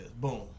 Boom